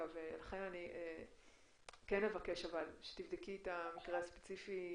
אבל אני כן אבקש שתבדקי את המקרה הספציפי